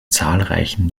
zahlreichen